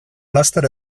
laster